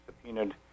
subpoenaed